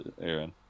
Aaron